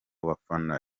bafana